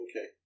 Okay